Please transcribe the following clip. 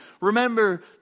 Remember